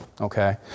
okay